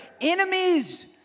enemies